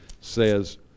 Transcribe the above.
says